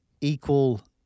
equal